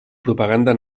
propaganda